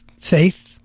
faith